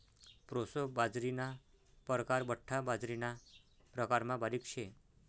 proso बाजरीना परकार बठ्ठा बाजरीना प्रकारमा बारीक शे